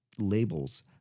labels